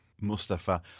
Mustafa